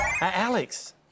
Alex